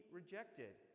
rejected